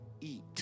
eat